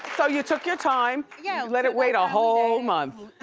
so you took your time, yeah let it wait a whole month.